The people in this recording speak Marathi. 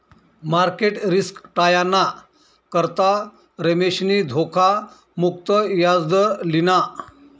मार्केट रिस्क टायाना करता रमेशनी धोखा मुक्त याजदर लिना